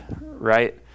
right